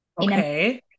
Okay